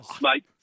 Mate